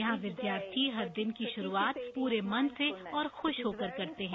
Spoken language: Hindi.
यहां विद्यार्थी हर दिन की शुरूआत पूरे मन से और खुश होकर करते हैं